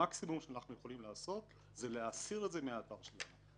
המקסימום שאנחנו יכולים לעשות הוא להסיר את זה מהאתר שלנו.